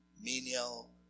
menial